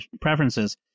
preferences